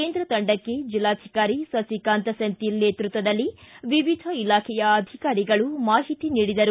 ಕೇಂದ್ರ ತಂಡಕ್ಕೆ ಜಿಲ್ಲಾಧಿಕಾರಿ ಸಸಿಕಾಂತ್ ಸೆಂಥಿಲ್ ನೇತೃತ್ವದಲ್ಲಿ ವಿವಿಧ ಇಲಾಖೆಯ ಅಧಿಕಾರಿಗಳು ಮಾಹಿತಿ ನೀಡಿದರು